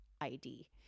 ID